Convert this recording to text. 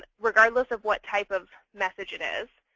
regardless of what type of message it is.